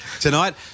Tonight